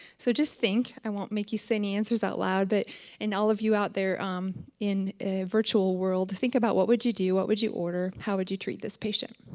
so just think, i won't make you say any answers out loud but and and all of you out there in a virtual world, to think about what would you do? what would you order? how would you treat this patient?